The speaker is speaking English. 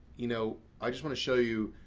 you know, i just want to show you.